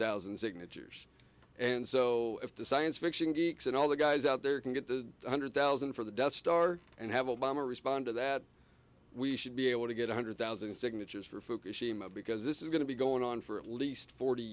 thousand signatures and so if the science fiction geeks and all the guys out there can get the one hundred thousand for the death star and have obama respond to that we should be able to get one hundred thousand signatures for fukushima because this is going to be going on for at least forty